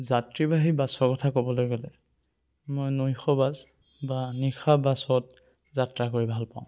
যাত্ৰীবাহী বাছৰ কথা ক'বলৈ গ'লে মই নৈশ বাছ বা নিশাৰ বাছত যাত্ৰা কৰি ভালপাওঁ